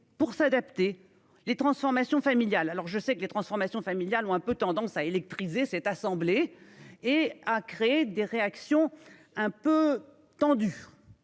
pour s'adapter les transformations familial alors je sais que les transformations familial ont un peu tendance à électriser cette assemblée et à créer des réactions un peu tendu.